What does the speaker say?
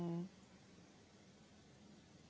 and